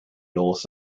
north